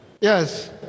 Yes